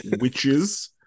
witches